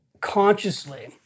consciously